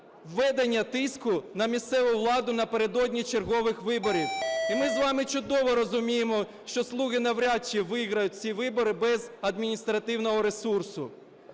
введення тиску на місцеву владу напередодні чергових виборів. І ми з вами чудово розуміємо, що "слуги" навряд чи виграють ці вибори без адміністративного ресурсу.